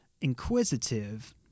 inquisitive—